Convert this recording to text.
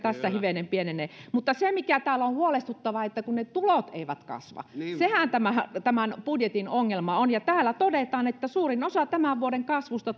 se tässä hivenen pienenee se mikä täällä on huolestuttavaa on se että ne tulot eivät kasva sehän tämän budjetin ongelma on täällä todetaan että suurin osa tämän vuoden kasvusta